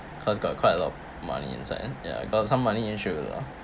cause got quite a lot of money inside eh ya got some money issue lah